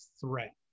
threat